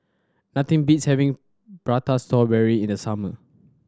nothing beats having Prata Strawberry in the summer